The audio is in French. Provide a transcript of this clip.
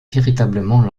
véritablement